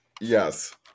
Yes